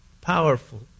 Powerful